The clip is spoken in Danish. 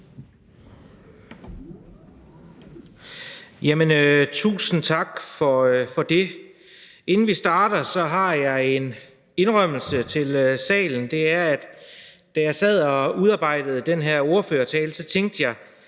Tusind tak for det. Inden vi starter, har jeg en indrømmelse til salen, og det er, at da jeg sad og udarbejdede den her ordførertale, tænkte jeg,